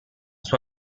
suo